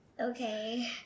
Okay